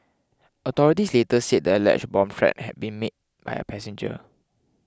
authorities later said the alleged bomb threat had been made by a passenger